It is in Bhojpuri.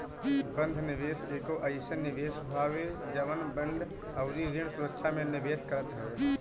बंध निवेश एगो अइसन निवेश होत हवे जवन बांड अउरी ऋण सुरक्षा में निवेश करत हवे